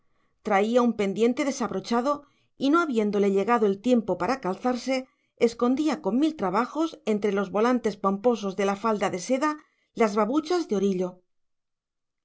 traía un pendiente desabrochado y no habiéndole llegado el tiempo para calzarse escondía con mil trabajos entre los volantes pomposos de la falda de seda las babuchas de orillo